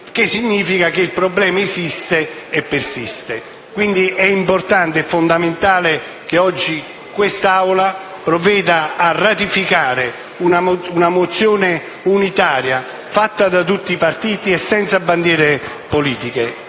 significa che il problema esiste e persiste e quindi è importante e fondamentale che oggi quest'Assemblea provveda a ratificare una mozione unitaria, sottoscritta da tutti i partiti e senza bandiere politiche.